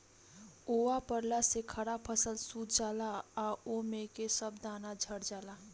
ओला पड़ला से खड़ा फसल सूत जाला आ ओमे के सब दाना झड़ जाला